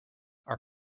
are